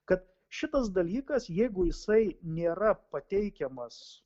kad šitas dalykas jeigu jisai nėra pateikiamas